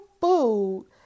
food